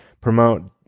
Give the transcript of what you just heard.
promote